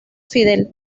fidel